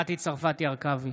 מטי צרפתי הרכבי,